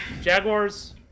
Jaguars